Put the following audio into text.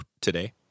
today